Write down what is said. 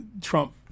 Trump